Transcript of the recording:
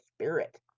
spirit